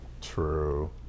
True